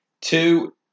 Two